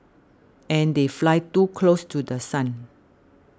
and they fly too close to The Sun